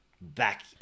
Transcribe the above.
back